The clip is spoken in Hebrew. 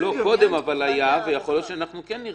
קודם היה, ויכול להיות שאנחנו כן נרצה.